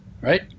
right